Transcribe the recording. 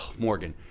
morgan,